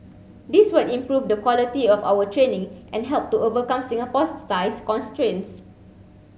this will improve the quality of our training and help to overcome Singapore's size constraints